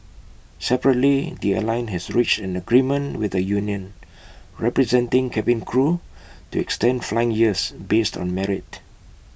separately the airline has reached an agreement with the union representing cabin crew to extend flying years based on merit